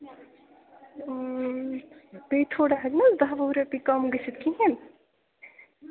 بیٚیہِ تھوڑا ہٮ۪کہِ نہٕ حظ دہ وُہ رۄپیہِ کَم گٔژھتھ کِہیٖنۍ